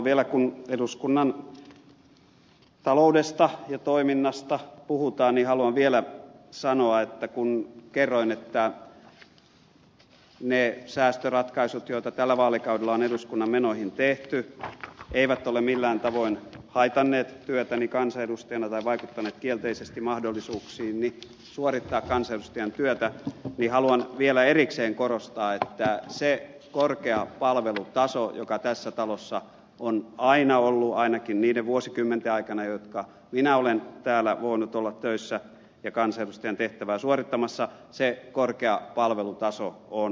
kun eduskunnan taloudesta ja toiminnasta puhutaan niin haluan vielä sanoa että kun kerroin että ne säästöratkaisut joita tällä vaalikaudella on eduskunnan menoihin tehty eivät ole millään tavoin haitanneet työtäni kansanedustajana tai vaikuttaneet kielteisesti mahdollisuuksiini suorittaa kansanedustajan työtä niin haluan vielä erikseen korostaa että se korkea palvelutaso joka tässä talossa on aina ollut ainakin niiden vuosikymmenten aikana jotka minä olen täällä voinut olla töissä ja kansanedustajan tehtävää suorittamassa on säilynyt